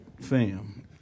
fam